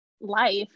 life